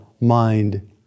mind